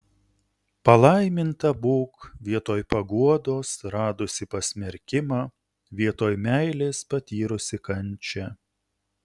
palaiminta būk vietoj paguodos radusi pasmerkimą vietoj meilės patyrusi kančią